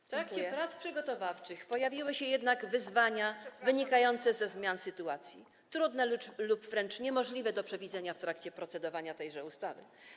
W trakcie prac przygotowawczych pojawiły się jednak wyzwania wynikające ze zmian sytuacji, trudne lub wręcz niemożliwe do przewidzenia w trakcie procedowania nad tą ustawą.